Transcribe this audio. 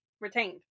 retained